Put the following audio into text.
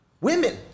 women